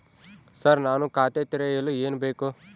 Sir ನಾನು ಖಾತೆ ತೆರೆಯಲು ಏನು ಬೇಕು?